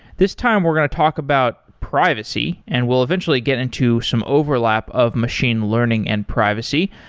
this time we're going to talk about privacy and we'll eventually get into some overlap of machine learning and privacy.